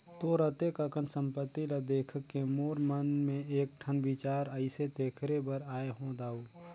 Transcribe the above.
तोर अतेक अकन संपत्ति ल देखके मोर मन मे एकठन बिचार आइसे तेखरे बर आये हो दाऊ